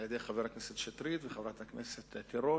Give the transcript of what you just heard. על-ידי חבר הכנסת שטרית וחברת הכנסת תירוש.